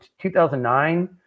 2009